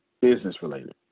business-related